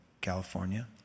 California